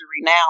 now